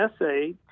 essay